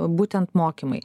būtent mokymai